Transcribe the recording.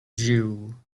jew